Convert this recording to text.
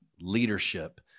leadership